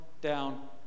down